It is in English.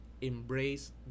embrace